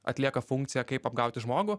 atlieka funkciją kaip apgauti žmogų